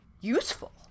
useful